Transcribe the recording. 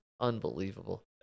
Unbelievable